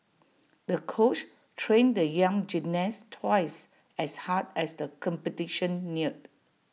the coach trained the young gymnast twice as hard as the competition neared